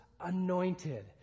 anointed